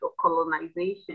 colonization